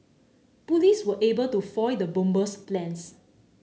police were able to foil the bomber's plans